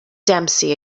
dempsey